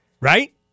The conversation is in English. Right